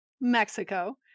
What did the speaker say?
Mexico